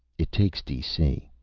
it takes dc.